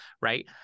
Right